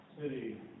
city